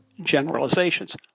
generalizations